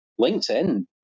LinkedIn